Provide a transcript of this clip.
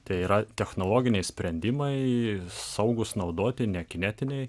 tai yra technologiniai sprendimai saugūs naudoti nekinetiniai